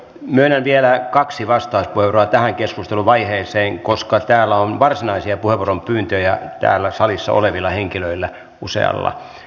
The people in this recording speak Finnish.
myönnän vielä kaksi vastauspuheenvuoroa tähän keskusteluvaiheeseen koska täällä on varsinaisia puheenvuoropyyntöjä täällä salissa olevilla henkilöillä usealla